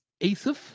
Asif